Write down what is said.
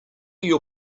your